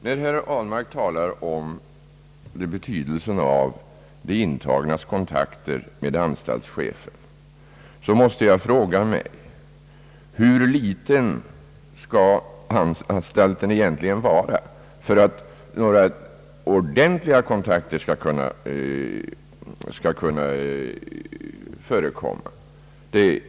När herr Ahlmark talar om betydelsen av de intagnas kontakter med anstaltschefen, måste jag fråga mig: Hur liten skall anstalten egentligen vara för att några ordentliga kontakter skall kunna förekomma?